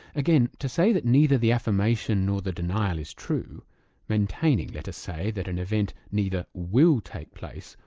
again, to say that neither the affirmation or the denial is true maintaining, let us say, that an event neither will take place,